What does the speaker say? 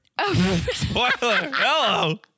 Hello